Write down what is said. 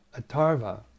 Atarva